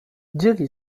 dzielni